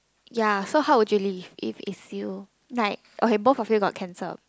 ya so how would you live if its you like okay both of you got cancer